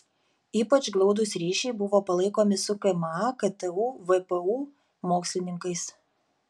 ypač glaudūs ryšiai buvo palaikomi su kma ktu vpu mokslininkais